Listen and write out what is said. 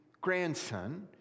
grandson